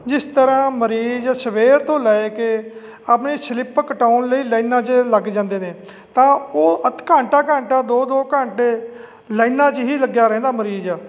ਜਿਸ ਤਰਾਂ ਮਰੀਜ਼ ਸਵੇਰ ਤੋਂ ਲੈ ਕੇ ਆਪਣੀ ਸਲਿੱਪ ਕਟਾਉਣ ਲਈ ਲਾਈਨਾਂ ਲੱਗ ਜਾਂਦੇ ਨੇ ਤਾਂ ਉਹ ਅਦ ਘੰਟਾ ਘੰਟਾ ਦੋ ਦੋ ਘੰਟੇ ਲਾਈਨਾਂ 'ਚ ਹੀ ਲੱਗਿਆ ਰਹਿੰਦਾ ਮਰੀਜ਼